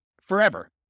forever